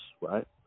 right